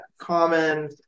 common